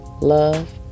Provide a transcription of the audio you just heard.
love